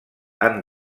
han